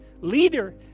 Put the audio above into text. leader